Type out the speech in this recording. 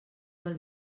del